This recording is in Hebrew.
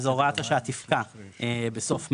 אז הוראת השעה תפקע בסוף מאי,